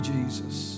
Jesus